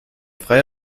freie